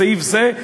בסעיף זה,